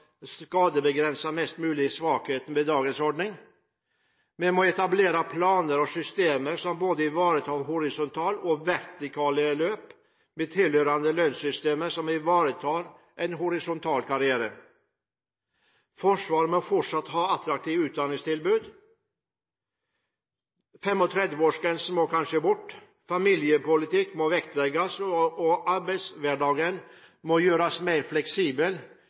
skadebegrense mest mulig svakheten ved dagens ordning. Vi må etablere planer og systemer som ivaretar både horisontale og vertikale løp, med tilhørende lønnssystemer som ivaretar en horisontal karriere. Forsvaret må fortsatt ha attraktive utdanningstilbud, 35-årsgrensen må kanskje bort, familiepolitikk må vektlegges og arbeidshverdagen må gjøres mer fleksibel, ha en gjennomgang av familietiltak for å skape en mer fleksibel